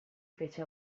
fece